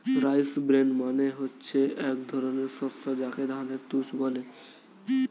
rice bran মানে হচ্ছে এক ধরনের শস্য যাকে ধানের তুষ বলে